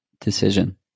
decision